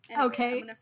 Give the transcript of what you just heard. Okay